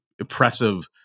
oppressive